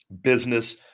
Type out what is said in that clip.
business